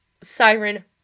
siren